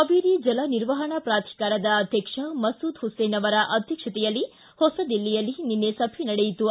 ಕಾವೇರಿ ಜಲನಿರ್ವಹಣಾ ಪ್ರಾಧಿಕಾರದ ಅಧ್ಯಕ್ಷ ಮಸೂದ್ ಹುಸೇನ್ ಅವರ ಅಧ್ಯಕ್ಷತೆಯಲ್ಲಿ ಹೊಸದಿಲ್ಲಿಯಲ್ಲಿ ನಿನ್ನೆ ಸಭೆ ನಡೆಯಿತು